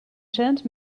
cent